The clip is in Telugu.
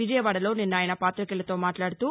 విజయవాదలో నిన్న ఆయన పాతికేయులతో మాట్లాదుతూ